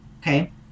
okay